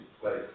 place